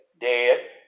Dead